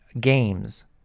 games